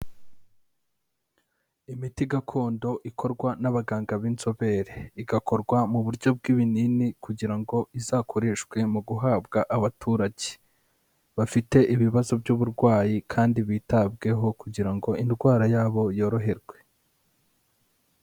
Imiti gakondo ikorwa n'abaganga b'inzobere, igakorwa mu buryo bw'ibinini kugira ngo izakoreshwe mu guhabwa abaturage bafite ibibazo by'uburwayi kandi bitabweho kugira ngo indwara yabo yoroherwe.